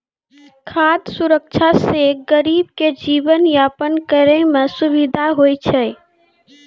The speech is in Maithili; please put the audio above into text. खाद सुरक्षा से गरीब के जीवन यापन करै मे सुविधा होय छै